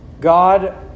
God